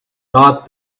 not